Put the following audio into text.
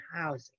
housing